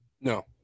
No